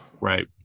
right